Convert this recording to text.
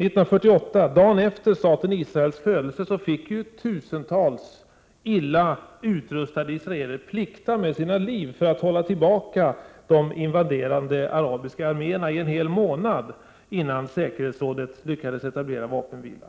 1948, dagen efter staten Israels födelse, fick tusentals illa utrustade israeler plikta med sina liv för att hålla tillbaka de invaderande arabiska arméerna. Det tog en hel månad innan säkerhetsrådet lyckades etablera vapenvila.